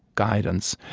guidance,